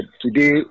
today